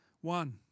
One